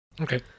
Okay